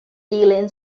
alien